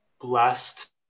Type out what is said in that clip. blessed